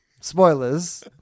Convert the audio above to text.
spoilers